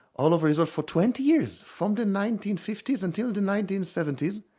all over israel for twenty years from the nineteen fifty s until the nineteen seventy s.